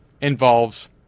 involves